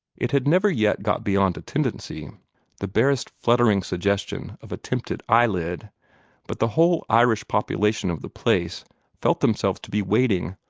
it had never yet got beyond a tendency the barest fluttering suggestion of a tempted eyelid but the whole irish population of the place felt themselves to be waiting,